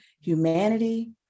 humanity